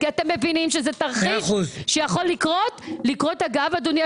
אתם מבינים שזה תרחיש שיכול לקרות מחר.